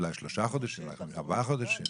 אולי שלושה חודשים או ארבעה חודשים.